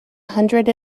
hundred